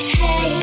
hey